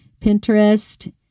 Pinterest